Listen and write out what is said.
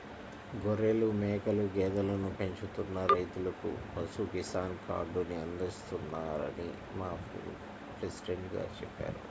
గొర్రెలు, మేకలు, గేదెలను పెంచుతున్న రైతులకు పశు కిసాన్ కార్డుని అందిస్తున్నారని మా ప్రెసిడెంట్ గారు చెప్పారు